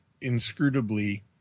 inscrutably